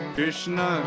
Krishna